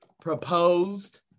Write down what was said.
proposed